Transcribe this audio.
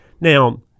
now